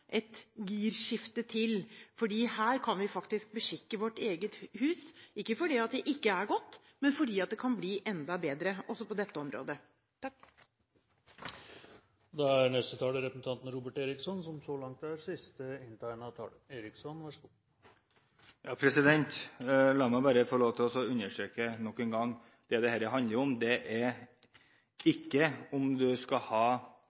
et girskifte til, for her kan vi faktisk beskikke vårt eget hus – ikke fordi det ikke er godt, men fordi det også på dette området kan bli enda bedre. La meg bare få lov til å understreke nok en gang det dette handler om. Det er ikke om du skal ha